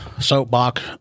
soapbox